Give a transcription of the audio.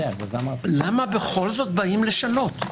למה בכל זאת באים לשנות?